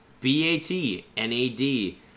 B-A-T-N-A-D